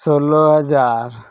ᱥᱳᱞᱳ ᱦᱟᱡᱟᱨ